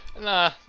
Nah